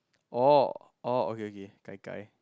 oh oh okay okay gai-gai